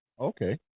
Okay